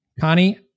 Connie